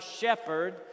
shepherd